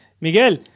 Miguel